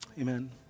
Amen